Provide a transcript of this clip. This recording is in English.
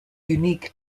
unique